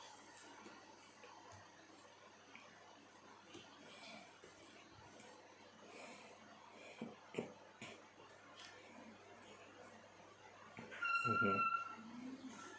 mmhmm